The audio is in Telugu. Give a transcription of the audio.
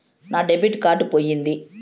నా డెబిట్ కార్డు పోయింది